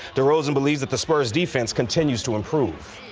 the rosen believes that the spurs defense continues to improve.